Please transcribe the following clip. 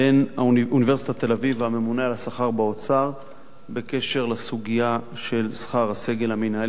אוניברסיטת תל-אביב לממונה על השכר באוצר בקשר לסוגיה של שכר הסגל המינהלי.